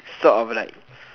sort of like